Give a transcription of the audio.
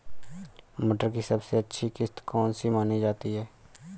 मटर की सबसे अच्छी किश्त कौन सी मानी जाती है?